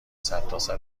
سرتاسر